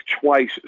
twice